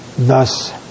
thus